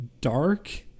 dark